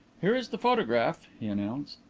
here is the photograph, he announced.